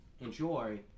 enjoy